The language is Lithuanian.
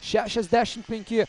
šešiasdešim penki